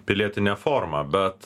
pilietinė forma bet